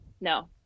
No